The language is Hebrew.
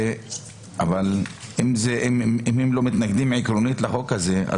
אבל אם הם לא מתנגדים עקרונית לחוק הזה,